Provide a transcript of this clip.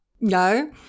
No